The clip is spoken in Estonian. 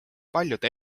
paljude